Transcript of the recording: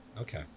Okay